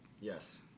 Yes